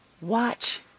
Watch